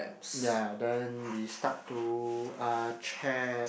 ya then we start to uh chat